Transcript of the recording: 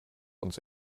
uns